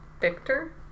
Victor